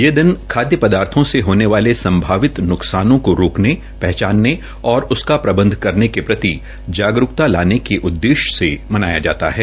ये दिन खादय पदार्थो से होने वाले संभावित नृकसानों को रोकने पहचानने और उसका प्रबंध करने के प्रति जागरूकता लाने के उददेश्य से मनाया जाता है